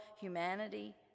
humanity